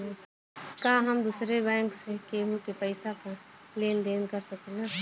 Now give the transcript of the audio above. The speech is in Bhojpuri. का हम दूसरे बैंक से केहू के पैसा क लेन देन कर सकिला?